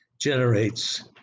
generates